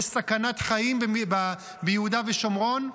יש סכנת חיים ביהודה ושומרון,